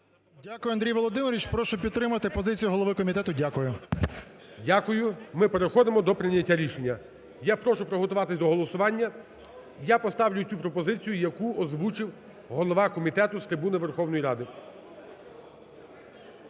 Дякую, Андрій Володимирович. Прошу підтримати позицію голови комітету. Дякую. ГОЛОВУЮЧИЙ. Дякую. Ми переходимо до прийняття рішення. Я прошу приготуватись до голосування. Я поставлю цю пропозицію, яку озвучив голова комітету з трибуни Верховної Ради.